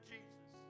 Jesus